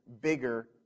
bigger